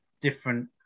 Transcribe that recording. different